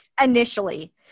initially